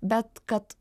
bet kad